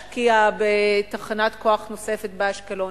במקום להשקיע בתחנת-כוח נוספת באשקלון,